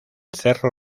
cerro